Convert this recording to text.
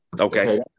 Okay